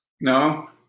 No